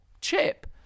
chip